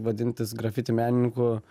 vadintis grafiti menininku